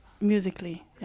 musically